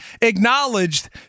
acknowledged